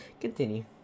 Continue